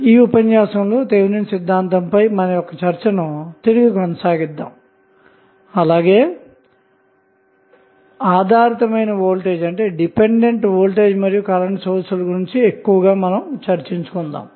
ఈ ఉపన్యాసం లో థెవినిన్ సిద్ధాంతంపై చర్చను కొనసాగిద్దాము అలాగే ఆధారితమైన వోల్టేజ్ మరియు కరెంట్ సోర్స్ ల గురించి ఎక్కువగా చర్చిద్దాము